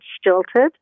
stilted